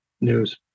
news